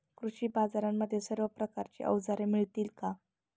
कृषी बाजारांमध्ये सर्व प्रकारची अवजारे मिळतील का?